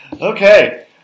Okay